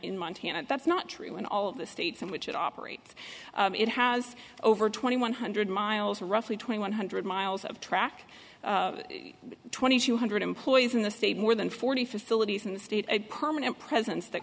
in montana that's not true in all of the states in which it operates it has over twenty one hundred miles roughly twenty one hundred miles of track twenty two hundred employees in the state more than forty facilities in the state a permanent presence that